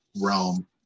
realm